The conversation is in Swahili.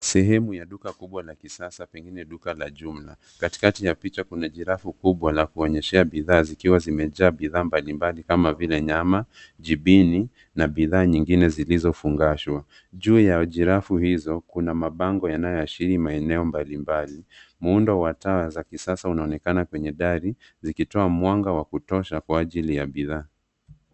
Sehemu ya duka kubwa la kisasa, pengine duka la jumla. Katikati ya picha kuna jirafu kubwa la kuonyeshea bidhaa zikiwa zimejaa bidhaa mbalimbali kama vile nyama, jibini na bidhaa nyingine zilizofungashwa. Juu ya jirafu hizo kuna mabango yanayoashiri maeneo mbalimbali. Muundo wa tawa za kisasa unaonekana penye dari zikitoa mwanga wa kutosha kwa ajili ya bidhaa.